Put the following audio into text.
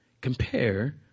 Compare